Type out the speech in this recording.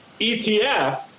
ETF